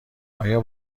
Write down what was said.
آیا